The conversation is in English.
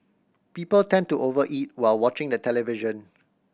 people tend to over eat while watching the television